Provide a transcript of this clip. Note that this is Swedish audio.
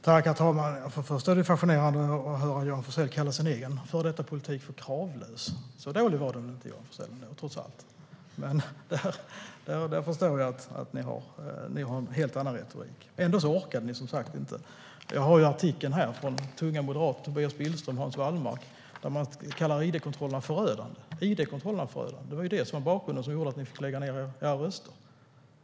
Herr talman! Först och främst vill jag säga att det är fascinerande att höra Johan Forssell kalla sin egen tidigare politik för kravlös. Så dålig var den väl inte, trots allt? Men där förstår jag att ni har en helt annan retorik. Ändå orkade ni som sagt inte. Jag har här artikeln från tunga moderater - Tobias Billström och Hans Wallmark - som kallar id-kontrollerna för förödande. Det var ju det som var bakgrunden till att ni fick lägga ned era röster.